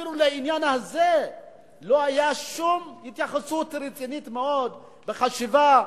אפילו לעניין הזה לא היתה שום התייחסות רצינית מאוד בחשיבה,